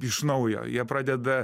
iš naujo jie pradeda